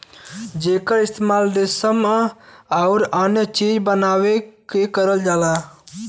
जेकर इस्तेमाल रेसम आउर अन्य चीज बनावे में करल जाला